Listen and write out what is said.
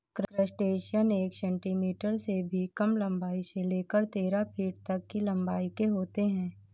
crustacean एक centimetre से भी कम लंबाई से लेकर तेरह फीट तक की लंबाई के होते हैं